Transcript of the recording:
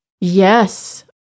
Yes